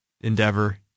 endeavor